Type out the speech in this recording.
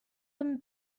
them